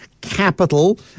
capital